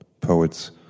poets